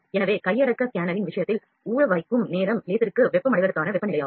எனவே கையடக்க ஸ்கேனரின் விஷயத்தில் ஊறவைக்கும் நேரம் லேசருக்கு வெப்பமடைவதற்கான வெப்பநிலையாகும்